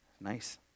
nice